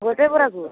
ଗୋଟେ ବରାକୁ